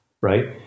right